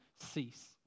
cease